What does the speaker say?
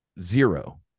zero